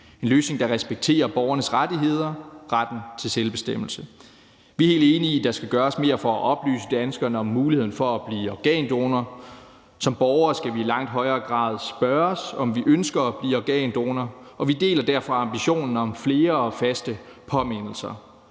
en løsning, der respekterer borgernes rettigheder og retten til selvbestemmelse. Vi er helt enige i, at der skal gøres mere for at oplyse danskerne om muligheden for at blive organdonor. Som borger skal vi i langt højere grad spørges, om vi ønsker at blive organdonor, og vi deler derfor ambitionen om flere og faste påmindelser.